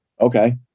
okay